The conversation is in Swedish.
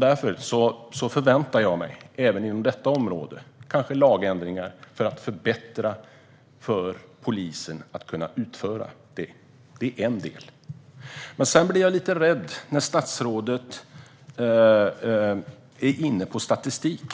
Därför förväntar jag mig även inom detta område förbättringar för polisen - kanske genom lagändringar - så att den ska kunna utföra detta. Detta är en del av det hela. Men jag blir lite rädd när statsrådet kommer in på statistik.